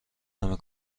نمی